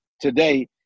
today